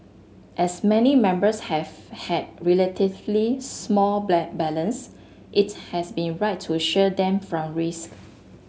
as many members have had relatively small balance it has been right to shield them from risk